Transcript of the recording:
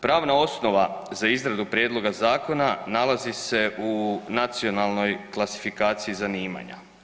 Pravna osnova za izradu prijedloga zakona nalazi se u Nacionalnoj klasifikaciji zanimanja.